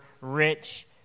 rich